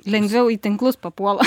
lengviau į tinklus papuola